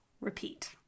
repeat